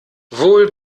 wohl